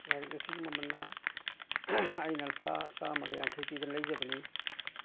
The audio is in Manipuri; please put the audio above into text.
ꯂꯥꯏꯔꯤꯛ ꯑꯁꯤꯒꯤ ꯃꯃꯟꯅ ꯑꯩꯅ ꯂꯨꯄꯥ ꯆꯥꯝꯃꯒ ꯌꯥꯡꯈꯩ ꯄꯤꯗꯅ ꯂꯩꯖꯕꯅꯤ